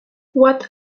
what